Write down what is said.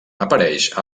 apareix